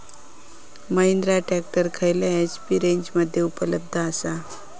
Mahindra tractor खयल्या HP रेंजमध्ये उपलब्ध आसा?